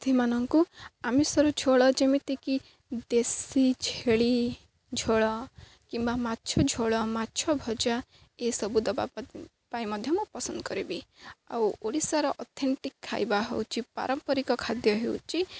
ସେମାନଙ୍କୁ ଆମିଷରୁ ଝୋଳ ଯେମିତିକି ଦେଶୀ ଛେଳି ଝୋଳ କିମ୍ବା ମାଛ ଝୋଳ ମାଛ ଭଜା ଏସବୁ ଦେବା ପାଇଁ ମଧ୍ୟ ମୁଁ ପସନ୍ଦ କରିବି ଆଉ ଓଡ଼ିଶାର ଅଥେଣ୍ଟିକ୍ ଖାଇବା ହେଉଛି ପାରମ୍ପରିକ ଖାଦ୍ୟ ହେଉଛି